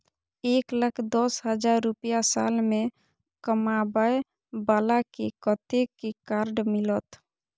एक लाख दस हजार रुपया साल में कमाबै बाला के कतेक के कार्ड मिलत?